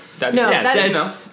No